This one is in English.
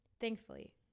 thankfully